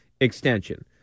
extension